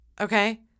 Okay